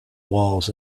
walls